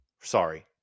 sorry